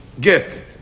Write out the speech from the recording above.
get